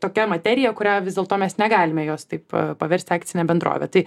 tokia materija kurią vis dėlto mes negalime jos taip paversti akcine bendrove tai